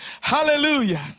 Hallelujah